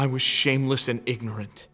i was shameless and ignorant